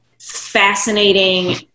fascinating